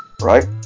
right